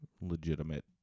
Legitimate